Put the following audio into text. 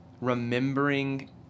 remembering